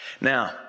Now